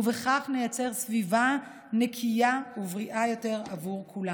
וכך נייצר סביבה נקייה ובריאה יותר עבור כולנו.